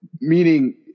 meaning